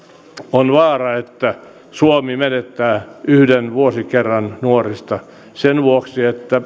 on vaara että suomi menettää yhden vuosikerran nuorista sen vuoksi